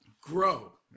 Grow